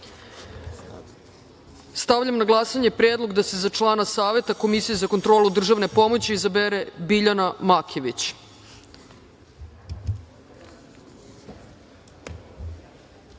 POMOĆI.Stavljam na glasanje predlog da se za člana Saveta Komisije za kontrolu državne pomoći izabere Biljana